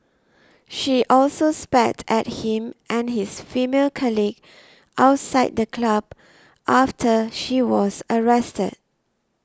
she also spat at him and his female colleague outside the club after she was arrested